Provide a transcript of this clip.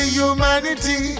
humanity